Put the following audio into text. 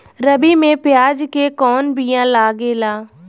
रबी में प्याज के कौन बीया लागेला?